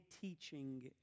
teaching